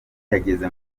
yageze